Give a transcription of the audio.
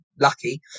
lucky